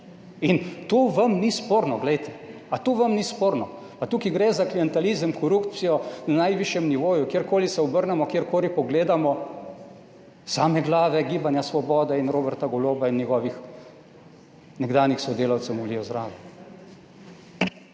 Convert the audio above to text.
In to vam ni sporno, glejte. A to vam ni sporno? Pa tukaj gre za klientelizem, korupcijo na najvišjem nivoju. Kjerkoli se obrnemo, kjerkoli pogledamo, same glave Gibanja Svoboda in Roberta Goloba in njegovih nekdanjih sodelavcev, molijo zraven.